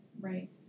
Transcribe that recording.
right